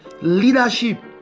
leadership